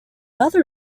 other